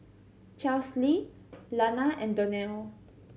Chesley Lana and Donell